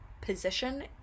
position